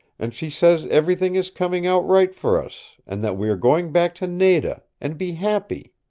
and she says everything is coming out right for us, and that we are going back to nada, and be happy